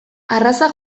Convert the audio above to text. arraza